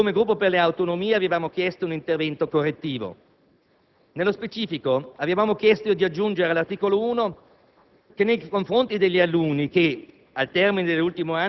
Restano comunque dei punti aperti, su cui, come Gruppo per le Autonomie, avevamo chiesto un intervento correttivo. Nello specifico, avevamo chiesto di aggiungere all'articolo 1